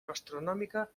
gastronòmica